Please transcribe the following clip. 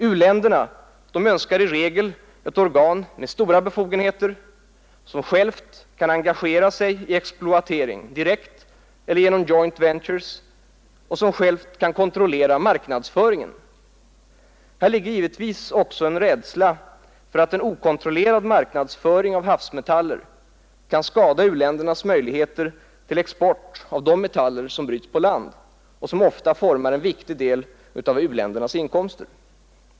U-länderna önskar i regel ett organ med stora befogenheter, som självt kan engagera sig i exploatering direkt eller genom ”joint ventures” och som självt kan kontrollera marknadsföringen. Här ligger givetvis också en rädsla för att en okontrollerad marknadsföring av havsmetaller kan skada u-ländernas möjligheter till export av de metaller som bryts på land och som ofta formar en viktig del av u-ländernas inkomster.